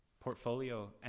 portfolio